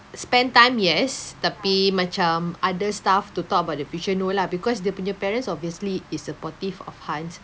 spend time yes tapi macam other stuff to talk about the future no lah because dia punya parents obviously is supportive of Hans